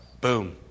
Boom